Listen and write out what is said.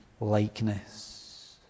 likeness